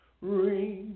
ring